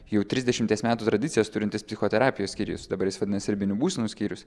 jau trisdešimties metų tradicijas turintis psichoterapijos skyrius dabar jis vadinasi ribinių būsenų skyrius